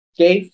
Okay